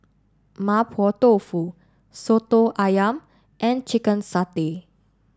Mapo Tofu Soto Ayam and Chicken Satay